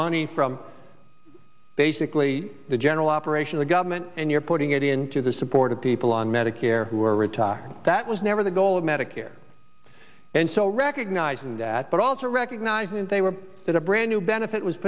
money from basically the general operation the government and you're putting it into the support of people on medicare who are retiring that was never the goal of medicare and so recognizing that but also recognizing that they were at a brand new benefit was